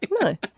No